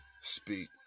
speak